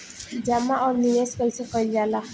जमा और निवेश कइसे कइल जाला?